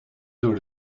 door